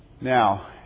Now